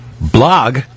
blog